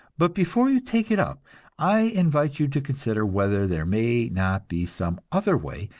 but before you take it up i invite you to consider whether there may not be some other way,